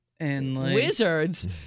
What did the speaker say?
wizards